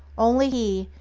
only he